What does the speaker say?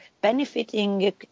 benefiting